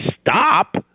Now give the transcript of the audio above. stop